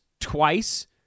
twice